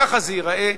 כך זה ייראה,